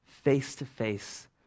face-to-face